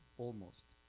almost,